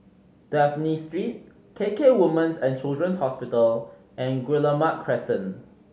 Dafne Street K K Women's And Children's Hospital and Guillemard Crescent